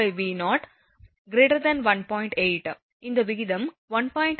8 இந்த விகிதம் 1